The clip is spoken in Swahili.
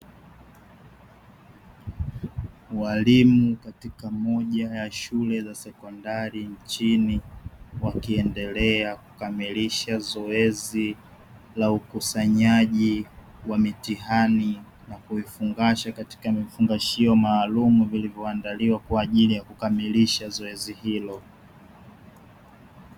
Walimu wa moja ya shule za sekondari nchini wakiendelea kukamilisha zoezi la ukusanyaji wa mitihani, na kuifungasha katika vifungashio maalumu vilivyoandaliwa kwa ajili ya kukamilisha zoezi hilo.